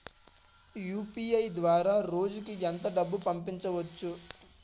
UPI ద్వారా రోజుకి ఎంత డబ్బు పంపవచ్చు?